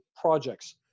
projects